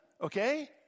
okay